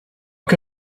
che